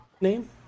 name